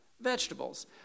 vegetables